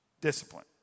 discipline